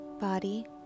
body